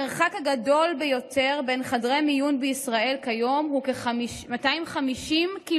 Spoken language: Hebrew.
כיום המרחק הגדול ביותר בין חדרי מיון בישראל הוא כ-250 קילומטרים,